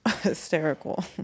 hysterical